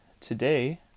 Today